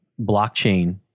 blockchain